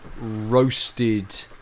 roasted